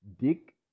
dick